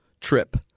trip